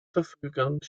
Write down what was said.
verfügung